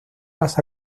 las